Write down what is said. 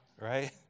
right